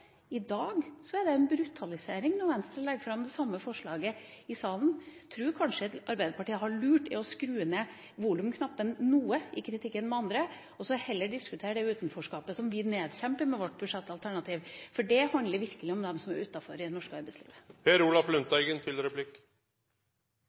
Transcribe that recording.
I dag er det en brutalisering når Venstre legger fram det samme forslaget i salen. Jeg tror kanskje at Arbeiderpartiet gjør lurt i å skru ned volumknappen noe i kritikken av andre, og heller diskutere det utenforskapet som vi nedkjemper med vårt budsjettalternativ – for det handler virkelig om dem som er utenfor i det norske arbeidslivet.